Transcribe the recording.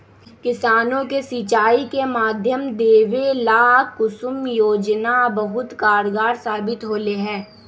किसानों के सिंचाई के माध्यम देवे ला कुसुम योजना बहुत कारगार साबित होले है